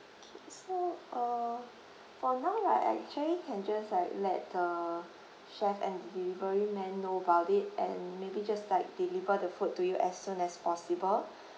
K so uh for now right I actually can just like let the chef and delivery man know about it and maybe just like deliver the food to you as soon as possible